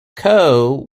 coe